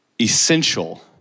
essential